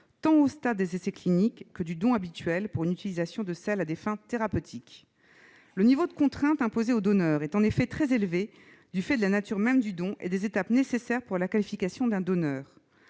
tant au stade des essais cliniques que du don habituel pour une utilisation des selles à des fins thérapeutiques. Le niveau de contraintes imposé au donneur est très élevé du fait de la nature même du don et des étapes nécessaires pour la qualification d'un donneur.